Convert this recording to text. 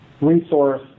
resource